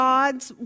God's